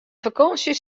fakânsje